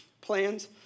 plans